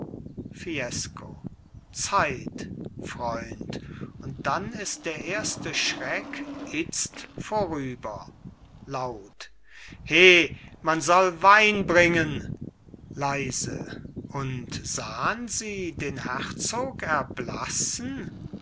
fiesco zeit freund und dann ist der erste schreck itzt vorüber laut he man soll wein bringen leise und sahn sie den herzog erblassen